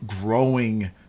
growing